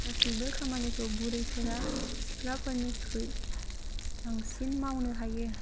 गासैबो खामानिखौ बुरैफोरा सिख्लाफोरनिख्रुय बांसिन मावनो हायो